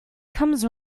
comes